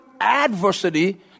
adversity